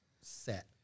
set